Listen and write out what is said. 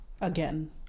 Again